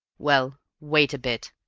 well, wait a bit,